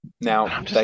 now